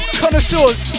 connoisseurs